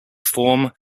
form